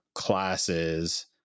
classes